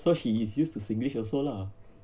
so she is used to singlish also lah